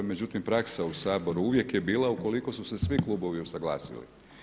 Međutim, praksa u Saboru uvijek je bila ukoliko su se svi klubovi usuglasili.